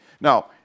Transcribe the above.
Now